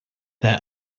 their